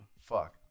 fuck